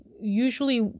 usually